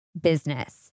business